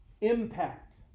impact